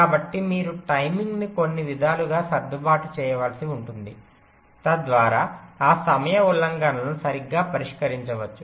కాబట్టి మీరు టైమింగ్ను కొన్ని విధాలుగా సర్దుబాటు చేయవలసి ఉంటుంది తద్వారా ఆ సమయ ఉల్లంఘనలను సరిగ్గా పరిష్కరించవచ్చు